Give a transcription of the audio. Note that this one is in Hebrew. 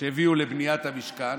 שהביאו לבניית המשכן,